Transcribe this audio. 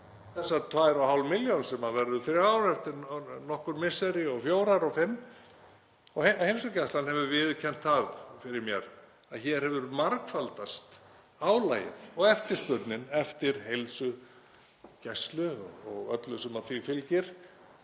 þessi tvær og hálfa milljón sem verður sú þriðja eftir nokkur misseri og fjórar og fimm. Heilsugæslan hefur viðurkennt það fyrir mér að hér hefur margfaldast álagið og eftirspurnin eftir heilsugæslu og öllu sem því fylgir,